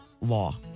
law